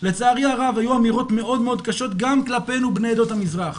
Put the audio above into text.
לצערי הרב היו אמירות מאוד מאוד קשות גם כלפינו בני עדות המזרח,